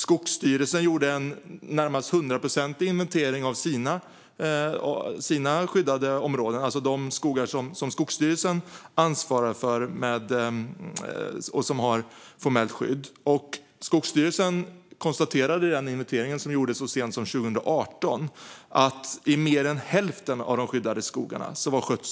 Skogsstyrelsen gjorde så sent som 2018 en närmast hundraprocentig inventering av sina skyddade områden, de skogar som Skogsstyrelsen ansvarar för och som har formellt skydd, och konstaterade i den att skötseln i mer än hälften av de skyddade skogarna var eftersatt.